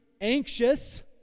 anxious